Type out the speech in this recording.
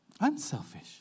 Unselfish